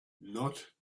not